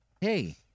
hey